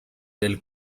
del